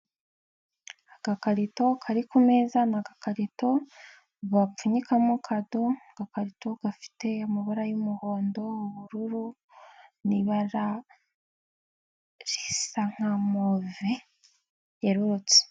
Agakarito kari ku meza ni agakarito bapfunyikamo kado, agakarito gafite amabara y'umuhondo, ubururu n'ibara risa nka move yererutse.